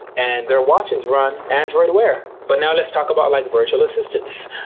and their watches run, android aware. but now let's talk about like virtual assistants.